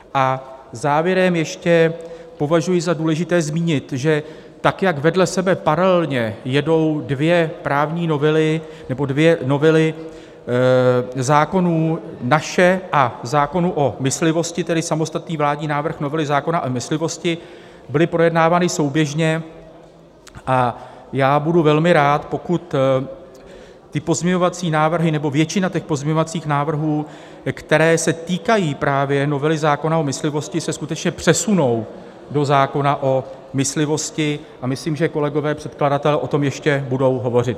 A závěrem ještě považuji za důležité zmínit, že tak, jak vedle sebe paralelně jedou dvě právní novely nebo dvě novely zákonů, naše a zákona o myslivosti, tedy samostatný vládní návrh novely zákona o myslivosti, byly projednávány souběžně a budu velmi rád, pokud ty pozměňovací návrhy nebo většina těch pozměňovacích návrhů, které se týkají právě novely zákona o myslivosti, se skutečně přesunou do zákona o myslivosti, a myslím, že kolegové, předkladatel, o tom ještě budou hovořit.